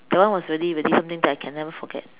that one was really really something that I can never forget